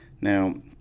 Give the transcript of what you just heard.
Now